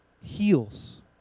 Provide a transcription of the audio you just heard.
heals